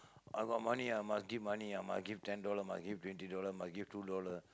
I got money I must give money ah must give ten dollar must give twenty dollar must give two dollar